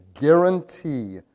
guarantee